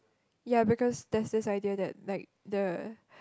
ya because there's this idea that like the